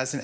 as an